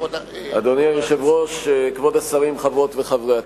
אדוני היושב-ראש, כבוד השרים, חברות וחברי הכנסת,